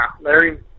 Larry